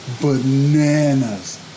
bananas